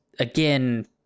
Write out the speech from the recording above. Again